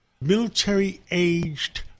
military-aged